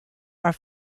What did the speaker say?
are